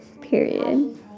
Period